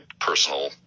personal –